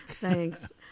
Thanks